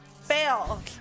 fail